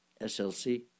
SLC